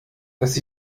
dass